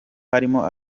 harimo